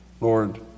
Lord